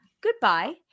Goodbye